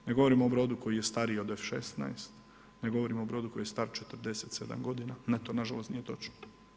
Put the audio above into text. Ne govorimo o brodu koji je stariji od F16, ne govorimo o brodu koji je star 47, ne to nažalost nije točno.